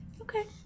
okay